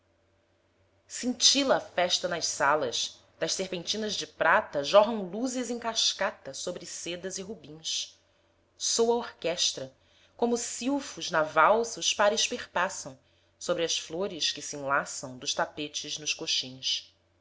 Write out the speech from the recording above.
cintila a festa nas salas das serpentinas de prata jorram luzes em cascata sobre sedas e rubins soa a orquestra como silfos na valsa os pares perpassam sobre as flores que se enlaçam dos tapetes nos coxins